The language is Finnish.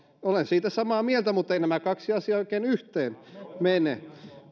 olen siitä samaa mieltä mutta eivät nämä kaksi asiaa oikein yhteen mene